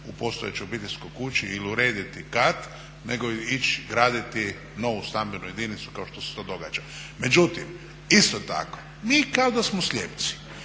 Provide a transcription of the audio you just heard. u postojećoj obiteljskoj kući ili urediti kat nego ići graditi novu stambenu jedinicu kao što se to događa. Međutim isto tako, mi kao da smo slijepci.